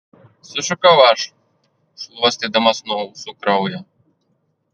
sušukau aš šluostydamas nuo ūsų kraują